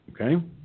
Okay